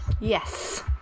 Yes